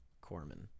Corman